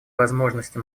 возможности